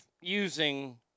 using